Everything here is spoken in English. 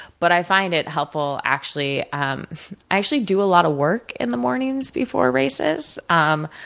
but, i find it helpful, actually i actually do a lot of work in the mornings before races. um